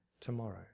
tomorrow